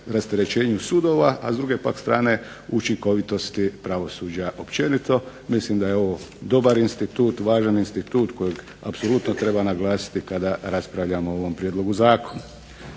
rasterećenju sudova, a s druge pak strane učinkovitosti pravosuđa općenito. Mislim da je ovo dobar i važan institut kojeg apsolutno treba naglasiti kada raspravljamo o ovom prijedlogu zakona.